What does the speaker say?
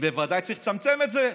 ובוודאי צריך לצמצם את זה,